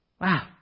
Wow